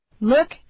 Look